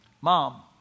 Mom